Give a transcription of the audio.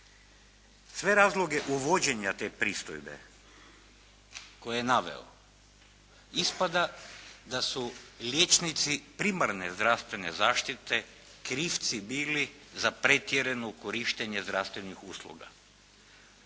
Sve razloge uvođenja te pristojbe koje je naveo ispada da su liječnici primarne zdravstvene zaštite krivci bili za pretjerano korištenje zdravstvenih usluga.